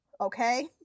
Okay